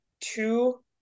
two